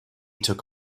took